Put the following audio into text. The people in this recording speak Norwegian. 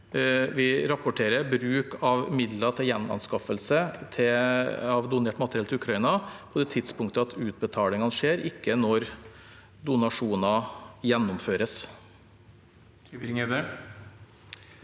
vi rapporterer bruk av midler til gjenanskaffelse av donert materiale til Ukraina på det tidspunktet utbetalingene skjer, ikke når donasjonene gjennomføres.